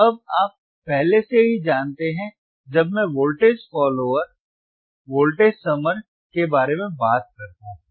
अब आप पहले से ही जानते हैं जब मैं वोल्टेज follower वोल्टेज समर के बारे में बात करता हूं